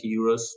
euros